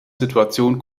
situation